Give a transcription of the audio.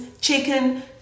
chicken